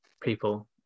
people